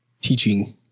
teaching